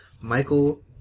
Michael